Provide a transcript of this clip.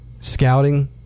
scouting